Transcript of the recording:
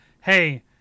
hey